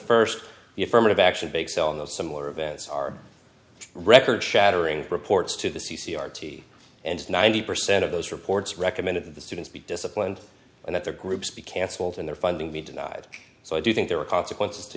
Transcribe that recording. the st the affirmative action bake sale in the similar events are record shattering reports to the c r t c and ninety percent of those reports recommended that the students be disciplined and that their groups be cancelled in their funding be denied so i do think there are consequences to